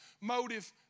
Motive